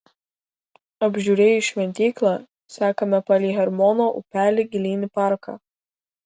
apžiūrėjus šventyklą sekame palei hermono upelį gilyn į parką